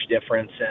difference